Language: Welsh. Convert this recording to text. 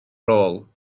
rôl